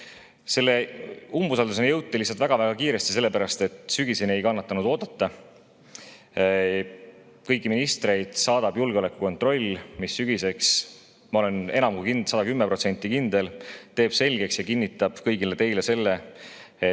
Selle umbusalduseni jõuti lihtsalt väga-väga kiiresti sellepärast, et sügiseni ei kannatanud oodata. Kõiki ministreid saadab julgeolekukontroll, mis sügiseks – ma olen enam kui 110% kindel – teeb selgeks ja kinnitab kõigile teile, et